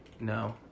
No